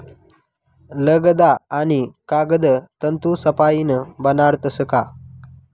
लगदा आणि कागद तंतूसपाईन बनाडतस का